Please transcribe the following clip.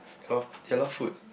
there lot there lot food